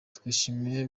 twishimiye